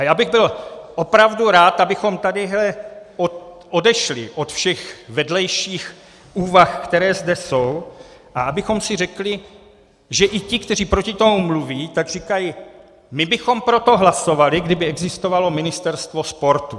Já bych byl opravdu rád, abychom tady odešli od všech vedlejších úvah, které zde jsou, a abychom si řekli, že i ti, kteří proti tomu mluví, tak říkají: my bychom pro to hlasovali, kdyby existovalo ministerstvo sportu.